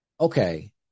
okay